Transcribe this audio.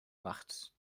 macht